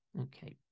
Okay